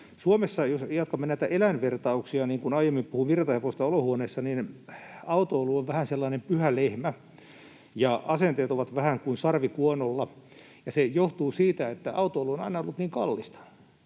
Suomessa — jos jatkamme näitä eläinvertauksia, kun aiemmin puhuin virtahevosta olohuoneessa — autoilu on vähän sellainen pyhä lehmä ja asenteet ovat vähän kuin sarvikuonolla, ja se johtuu siitä, että autoilu on aina ollut niin kallista.